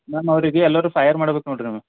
ma'am ಅವರಿಗೆ ಎಲ್ಲರೂ fire ಮಾಡ್ಬೇಕು ನೋಡಿರಿ ಮ್ಯಾಮ್